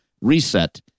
reset